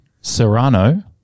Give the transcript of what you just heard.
serrano